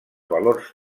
valors